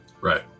Right